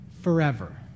forever